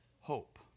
hope